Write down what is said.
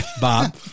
Bob